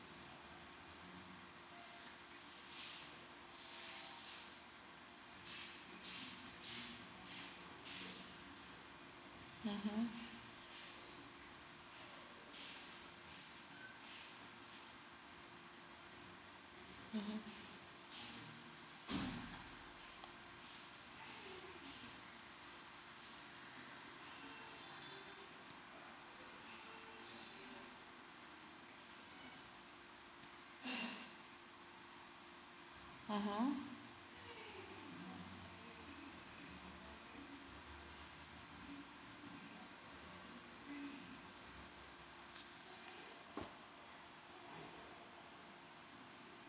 mmhmm mmhmm mmhmm